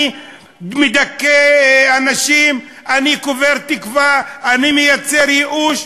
אני מדכא אנשים, אני קובר תקווה, אני מייצר ייאוש.